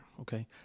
Okay